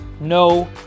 no